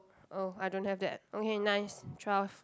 oh I don't have that okay nice twelve